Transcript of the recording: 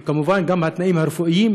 וכמובן גם התנאים הרפואיים,